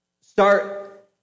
start